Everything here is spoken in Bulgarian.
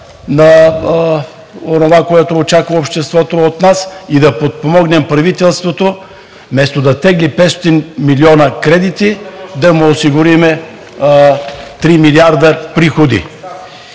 на онова, което очаква обществото от нас, и да подпомогнем правителството – вместо да тегли 500 милиона кредити, да му осигурим три милиарда приходи,